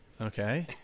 Okay